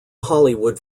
hollywood